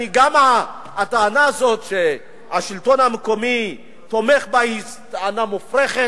גם הטענה הזאת שהשלטון המקומי תומך היא טענה מופרכת,